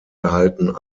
erhalten